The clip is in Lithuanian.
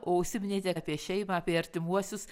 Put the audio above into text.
o užsiminėte apie šeimą apie artimuosius